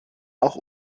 auch